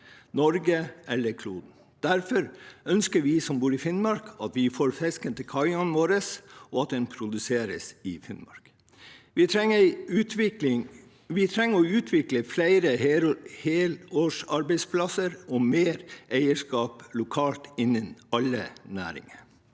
Norge eller for kloden. Derfor ønsker vi som bor i Finnmark, at vi skal få fisken til kaiene våre, og at den skal produseres i Finnmark. Vi trenger å utvikle flere helårsarbeidsplasser og mer eierskap lokalt innen alle næringer.